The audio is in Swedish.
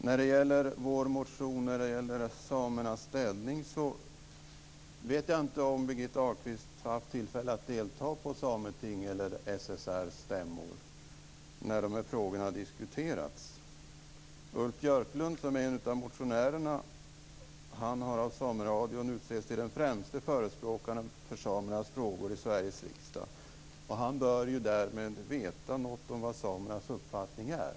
När det gäller vår motion om samernas ställning vet jag inte om Birgitta Ahlqvist har haft tillfälle att delta vid Sametinget eller SSR:s stämmor när dessa frågor diskuterats. Ulf Björklund, som är en av motionärerna, har av sameradion utsetts till den främste förespråkaren för samefrågor i Sveriges riksdag. Han bör därmed veta något om hur samernas uppfattning är.